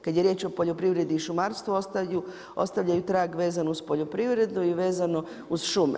Kad je riječ o poljoprivredi i šumarstvu, ostavljaju trag vezanu uz poljoprivredu i vezanu uz šume.